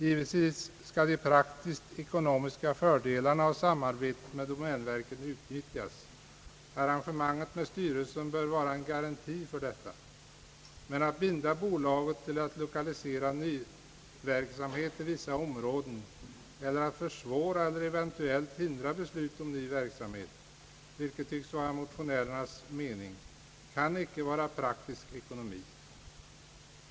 Givetvis skall de praktiskt ekonomiska fördelarna av samarbetet med domänverket utnyttjas; arrangemanget med styrelsen bör vara en garanti för detta. Men att binda bolaget till att lokalisera nyverksamhet till vissa områden eller att försvåra eller eventuellt hindra beslut om ny verksamhet, vilket tycks vara motionärernas mening, kan icke vara praktisk ekonomi.